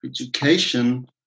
education